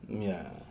ya